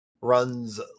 Runs